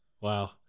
Wow